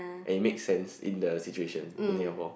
and it makes sense in the situation in Singapore